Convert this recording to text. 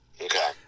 Okay